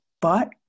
But-